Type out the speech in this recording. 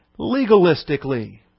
legalistically